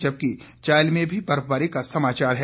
जबकि चायल में भी बर्फबारी का समाचार है